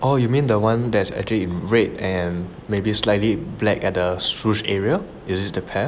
oh you mean the one that's actually in red and maybe slightly black at the shoes area is it the pair